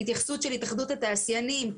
התייחסות של התאחדות התעשיינים,